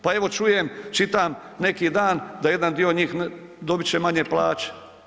Pa evo čujem, čitam neki dan da jedan dio njih dobit će manje plaće.